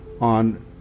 on